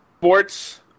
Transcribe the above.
sports